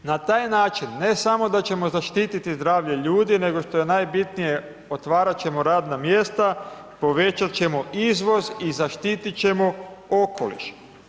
Na taj način, ne samo da ćemo zaštiti zdravlje ljudi, nego što je najbitnije, otvarati ćemo radna mjesta, povećati ćemo izvoz i zaštiti ćemo okoliš.